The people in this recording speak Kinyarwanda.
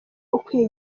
ukwiye